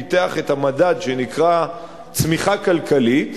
פיתח את המונח שנקרא "צמיחה כלכלית",